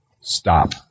stop